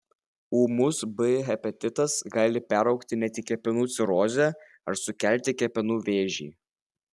ūmus b hepatitas gali peraugti net į kepenų cirozę ar sukelti kepenų vėžį